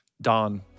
Don